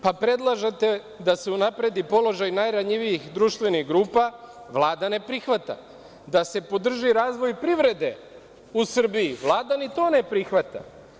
Pa predlažete da se unapredi položaj najranjivijih društvenih grupa, Vlada ne prihvata, da se podrži razvoj privrede u Srbiji, Vlada ni to ne prihvata.